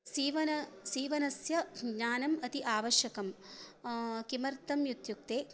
सीवनं सीवनस्य ज्ञानम् अति आवश्यकं किमर्थम् इत्युक्ते